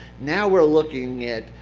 now we are looking at,